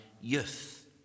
youth